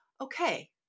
okay